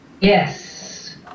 Yes